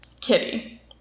Kitty